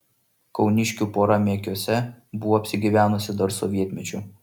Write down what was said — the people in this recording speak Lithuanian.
kauniškių pora mekiuose buvo apsigyvenusi dar sovietmečiu